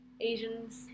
Asians